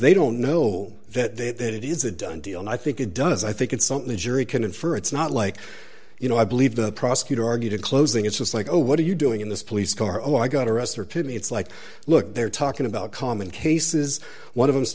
they don't know that that that it is a done deal now i think it does i think it's something the jury can infer it's not like you know i believe the prosecutor argued in closing it's just like oh what are you doing in this police car i go to arrest her to me it's like look they're talking about common cases one of them